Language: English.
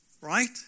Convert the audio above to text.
Right